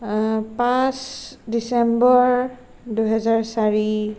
পাঁচ ডিচেম্বৰ দুহেজাৰ চাৰি